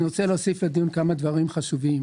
אני רוצה להוסיף לדיון כמה דברים חשובים.